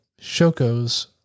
Shoko's